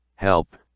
Help